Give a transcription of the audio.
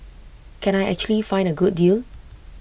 can I actually find A good deal